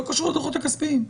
זה לא קשור לדוחות הכספיים.